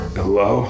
Hello